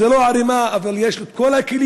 זו לא ערימה, אבל יש לו כל הכלים,